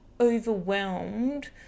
overwhelmed